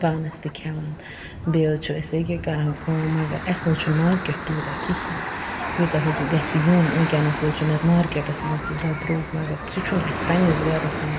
پانَس تہِ کھٮ۪وان بیٚیہِ حٕظ چھِ أسۍ ییٚکیا یہِ کَران کٲم مَگر اسہِ نہ حٕظ چھُنہٕ مارکٮ۪ٹ تِیوٗتاہ کِہیٖنۍ یوٗتاہ حٕظ گَژھِ یُن وٕنکٮ۪نَس حٕظ چھُنہٕ نتہٕ مارکٮ۪ٹَس منٛز تِیوٗتاہ درٛوگ مَگر سُہ چھُنہٕ اسہِ پَننِس گَرَس منٛز